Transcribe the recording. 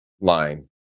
line